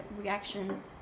reaction